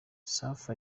safi